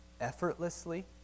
effortlessly